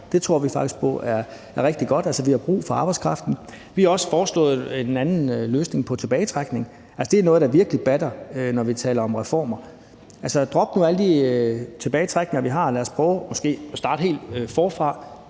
Det tror vi faktisk på er rigtig godt; altså, vi har brug for arbejdskraften. Vi har også foreslået en anden løsning i forhold til tilbagetrækning – det er noget, der virkelig batter, når vi taler om reformer. Altså, drop nu alle de former for tilbagetrækning, vi har, og lad os prøve at starte helt forfra.